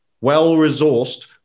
well-resourced